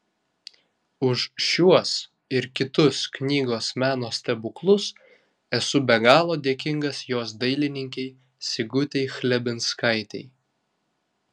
už šiuos ir kitus knygos meno stebuklus esu be galo dėkingas jos dailininkei sigutei chlebinskaitei